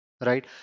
right